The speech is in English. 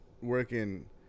working